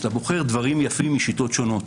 כשאתה בוחר דברים יפים משיטות שונות.